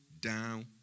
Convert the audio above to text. down